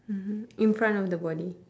mmhmm in front of the body